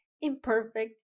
imperfect